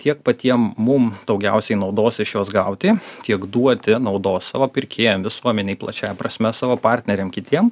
tiek patiem mum daugiausiai naudos iš jos gauti kiek duoti naudos savo pirkėjam visuomenei plačiąja prasme savo partneriam kitiem